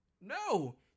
No